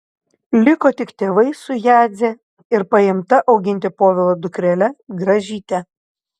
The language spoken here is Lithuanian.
liko tik tėvai su jadze ir paimta auginti povilo dukrele gražyte